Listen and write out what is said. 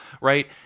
right